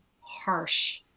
harsh